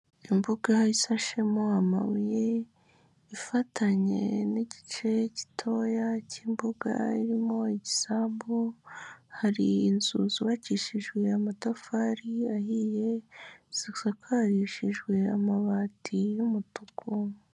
Imbuga isashemo amabuye, ifatanye n'igice gitoya cy'imbuga irimo igisambu, hari inzu zubakishijwe amatafari ahiye, zisakarishijwe amabati y'umutuku.